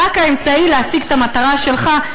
רק האמצעי להשיג את המטרה שלך,